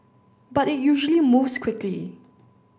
but it usually moves quickly